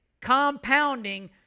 compounding